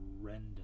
Horrendous